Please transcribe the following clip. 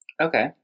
Okay